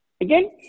Again